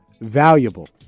valuable